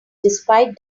despite